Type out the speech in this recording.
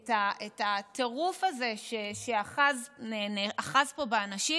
את הטירוף הזה שאחז פה באנשים.